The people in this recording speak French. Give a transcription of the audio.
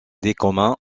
lesquels